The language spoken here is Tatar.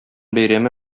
бәйрәме